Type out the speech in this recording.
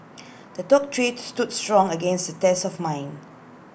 the told tree stood strong against the test of mine